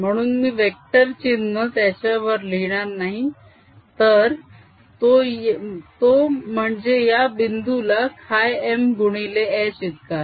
म्हणून मी वेक्टर चिन्ह त्याच्या वर लिहिणार नाही तर तो म्हणजे या बिंदुला χm गुणिले h इतका आहे